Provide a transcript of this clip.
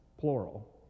plural